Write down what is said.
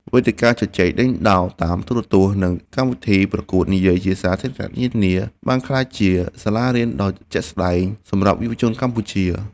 វេទិកាជជែកដេញដោលតាមទូរទស្សន៍ និងកម្មវិធីប្រកួតនិយាយជាសាធារណៈនានា បានក្លាយជាសាលារៀនដ៏ជាក់ស្ដែងសម្រាប់យុវជនកម្ពុជា។